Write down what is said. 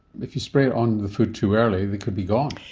if you spray it on the food too early they could be gone.